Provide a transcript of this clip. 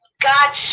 God